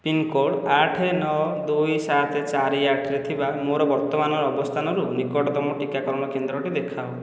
pincode ଆଠ ନଅ ଦୁଇ ସାତ ଚାରି ଆଠରେ ଥିବା ମୋର ବର୍ତ୍ତମାନର ଅବସ୍ଥାନରୁ ନିକଟତମ ଟିକାକରଣ କେନ୍ଦ୍ରଟି ଦେଖାଅ